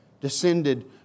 descended